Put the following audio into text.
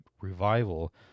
revival